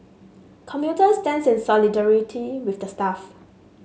commuter stands in solidarity with the staff